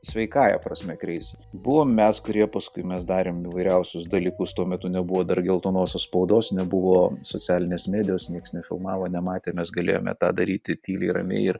sveikąja prasme kreizi buvom mes kurie paskui mes darėm įvairiausius dalykus tuo metu nebuvo dar geltonosios spaudos nebuvo socialinės medijos nieks nefilmavo nematė mes galėjome tą daryti tyliai ramiai ir